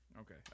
Okay